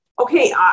okay